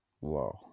Wow